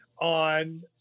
on